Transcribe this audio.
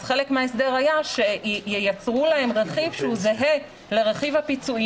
אז חלק מההסדר היה שייצרו להם רכיב שהוא זהה לרכיב הפיצויים